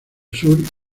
sur